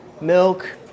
milk